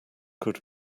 could